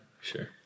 Sure